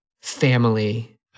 family